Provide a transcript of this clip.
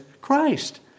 christ